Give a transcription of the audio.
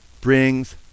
brings